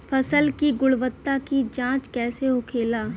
फसल की गुणवत्ता की जांच कैसे होखेला?